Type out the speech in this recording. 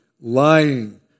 lying